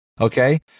okay